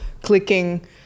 clicking